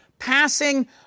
Passing